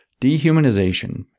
Dehumanization